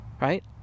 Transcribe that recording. right